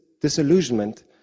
disillusionment